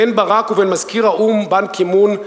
בין ברק ובין מזכיר האו"ם באן קי-מון,